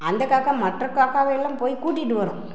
அந்த காக்கா மற்ற காக்கவையெல்லாம் போய் கூட்டிகிட்டு வரும்